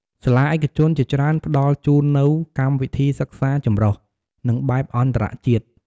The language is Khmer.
សាលាឯកជនជាច្រើនផ្តល់ជូននូវ កម្មវិធីសិក្សាចម្រុះ និងបែបអន្តរជាតិ ។